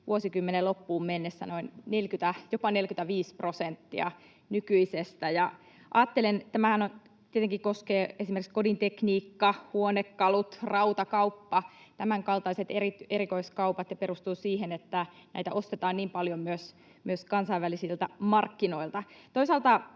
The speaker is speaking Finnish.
vuosikymmenen loppuun mennessä jopa 45 prosenttia nykyisestä. Ajattelen, että tämähän tietenkin koskee esimerkiksi kodintekniikka-, huonekalu-, rautakauppaa, tämänkaltaista erikoiskauppaa, ja perustuu siihen, että näitä ostetaan niin paljon myös kansainvälisiltä markkinoilta.